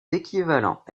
équivalents